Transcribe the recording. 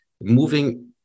moving